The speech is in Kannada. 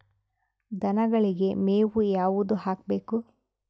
ದನಗಳಿಗೆ ಮೇವು ಯಾವುದು ಹಾಕ್ಬೇಕು?